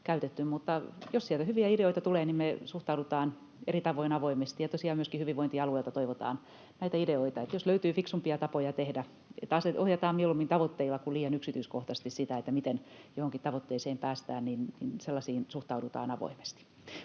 jos sieltä hyviä ideoita tulee, me suhtaudutaan eri tavoin avoimesti, ja tosiaan myöskin hyvinvointialueilta toivotaan näitä ideoita. Jos löytyy fiksumpia tapoja tehdä, että ohjataan mieluummin tavoitteilla kuin liian yksityiskohtaisesti sitä, miten johonkin tavoitteeseen päästään, niin sellaisiin suhtaudutaan avoimesti.